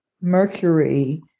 mercury